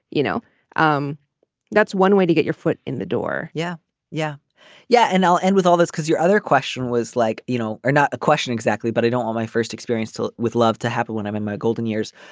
you know um that's one way to get your foot in the door. yeah yeah yeah and i'll end with all this because your other question was like you know are not a question exactly but i don't want my first experience with love to happen when i'm in my golden years.